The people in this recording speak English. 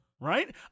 Right